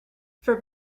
for